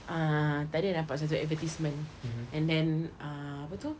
ah tadi I nampak satu advertisement and then uh apa tu